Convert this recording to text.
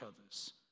others